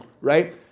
right